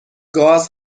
گاز